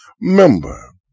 member